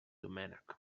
doménec